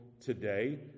today